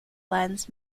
lens